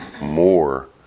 more